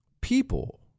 People